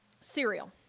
cereal